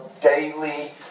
daily